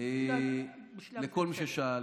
לכל מי ששאל: